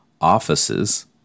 offices